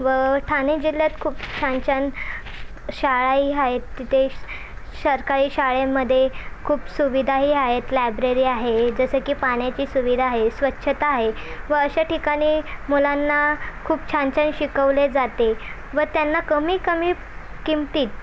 व ठाणे जिल्ह्यात खूप छान छान शाळाही आहेत तिथे सरकारी शाळेमधे खूप सुविधाही आहेत लायब्ररी आहे जसं की पाण्याची सुविधा आहे स्वछता आहे व अशा ठिकाणी मुलांना खूप छान छान शिकवले जाते व त्यांना कमी कमी किमतीत